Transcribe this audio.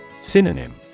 Synonym